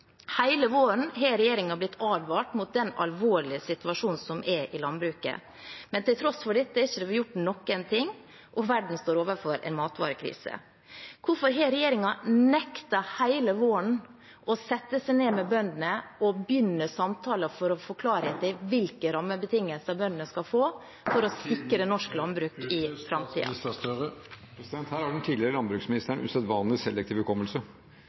Hele våren har regjeringen blitt advart mot den alvorlige situasjonen som er i landbruket, men til tross for dette er det ikke gjort noen ting, og verden står overfor en matvarekrise. Hvorfor har regjeringen hele våren nektet å sette seg ned med bøndene og begynne samtaler for å få klarhet i hvilke rammebetingelser bøndene skal få for å sikre norsk landbruk i framtiden. Her har den tidligere landbruksministeren usedvanlig selektiv hukommelse.